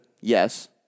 yes